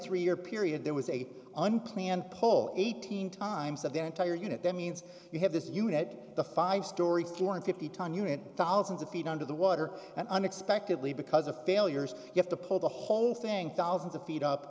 three year period there was a unplanned pull eighteen times of the entire unit that means you have this unit the five stories two hundred fifty ton unit thousands of feet under the water and unexpectedly because of failures you have to pull the whole thing thousands of feet up